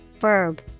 Verb